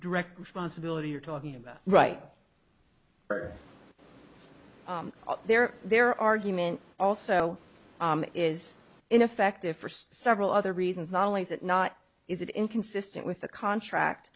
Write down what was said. direct responsibility you're talking about right for there their argument also is ineffective for several other reasons not only is it not is it inconsistent with the contract